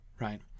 right